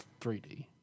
3D